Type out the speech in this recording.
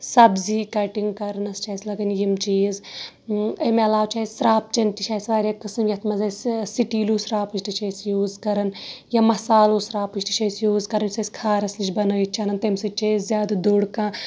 سَبزی کَٹنگ کرنس چھِ اَسہِ لگان یِم چیٖز اَمہِ علاوٕ چھِ اَسہِ شراکپچن تہِ چھِ اَسہِ واریاہ قٕسم یَتھ منٛز اَسہِ سِٹیٖلو شراکپٕچ تہِ چھِ أسۍ یوٗز کران یا مَثالو شراکپٕچ تہِ چھِ أسۍ یوٗز کران یُس أسۍ خارَس نِش بَنٲوِتھ چھِ أسۍ اَنان تٔمۍ سۭتۍ چھِ أسۍ زیادٕ دوٚر کانہہ